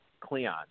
Cleon